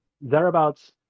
thereabouts